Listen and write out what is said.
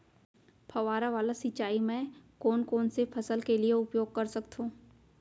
फवारा वाला सिंचाई मैं कोन कोन से फसल के लिए उपयोग कर सकथो?